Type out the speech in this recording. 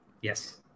Yes